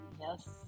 yes